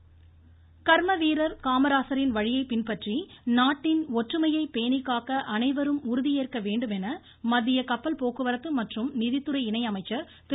பொன்ராதாகிருஷ்ணன் கர்ம வீரர் காமராஜரின் வழியைப் பின்பற்றி நாட்டின் ஒற்றுமையை பேணிக்காக்க அனைவரும் உறுதியேற்க வேண்டும் என மத்திய கப்பல் போக்குவரத்து மற்றும் நிதித்துறை இணை அமைச்சர் திரு